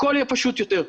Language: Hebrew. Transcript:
הכל יהיה פשוט יותר.